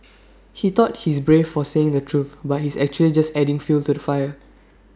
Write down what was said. he thought he's brave for saying the truth but he's actually just adding fuel to the fire